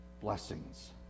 blessings